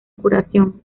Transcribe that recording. curación